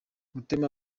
gutema